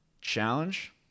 challenge